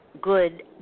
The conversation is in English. good